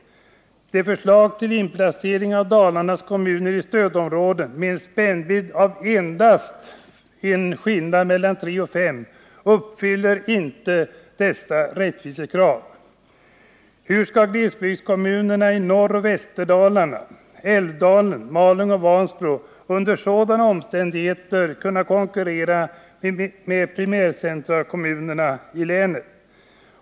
Det förslag till inplacering av Dalarnas kommuner i stödområdet, där spännvidden är så liten som mellan stödområde 3 och stödområde 5, uppfyller inte dessa rättvisekrav. Hur skall glesbygdskommu nerna i Norroch Västerdalarna, Älvdalen, Malung och Vansbro under sådana omständigheter kunna konkurrera med primärcentrakommunerna i länet?